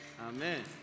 Amen